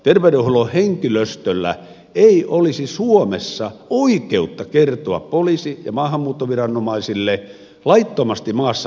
terveydenhuollon henkilöstöllä ei olisi suomessa oikeutta kertoa poliisi ja maahanmuuttoviranomaisille laittomasti maassa olevista henkilöistä